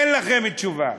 אין לכם תשובה.